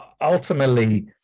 ultimately